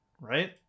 right